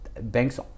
Banks